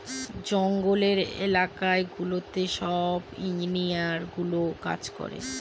জঙ্গলের এলাকা গুলোতে সব ইঞ্জিনিয়ারগুলো কাজ করে